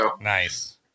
Nice